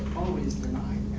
always denied,